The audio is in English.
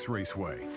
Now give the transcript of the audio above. Raceway